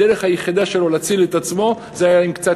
הדרך היחידה שלו להציל את עצמו הייתה לקחת קצת